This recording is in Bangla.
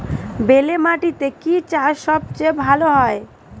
বেলে মাটিতে কি চাষ সবচেয়ে ভালো হয়?